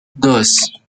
dos